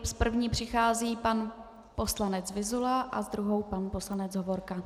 S první přichází pan poslanec Vyzula a s druhou pan poslanec Hovorka.